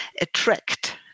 attract